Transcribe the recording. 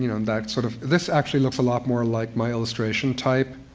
you know and that sort of this actually looks a lot more like my illustration type,